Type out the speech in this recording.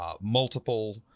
multiple